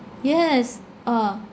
yes ah